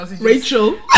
Rachel